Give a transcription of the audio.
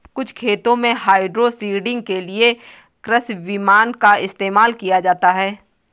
कुछ खेतों में हाइड्रोसीडिंग के लिए कृषि विमान का इस्तेमाल किया जाता है